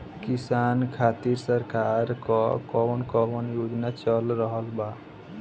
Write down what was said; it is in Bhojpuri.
किसान खातिर सरकार क कवन कवन योजना चल रहल बा?